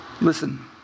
Listen